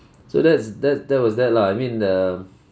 so that's that's that was that lah I mean err